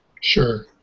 Sure